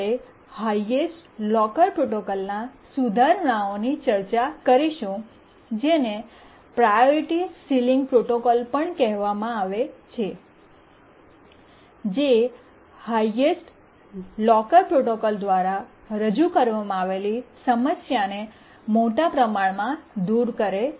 આપણે highest locker પ્રોટોકોલના સુધારણાઓની ચર્ચા કરીશું જેને પ્રાયોરિટી સીલીંગ પ્રોટોકોલ પણ કહેવામાં આવે છે જે હાયેસ્ટ લોકર પ્રોટોકોલ દ્વારા રજૂ કરવામાં આવેલી સમસ્યાને મોટા પ્રમાણમાં દૂર કરે છે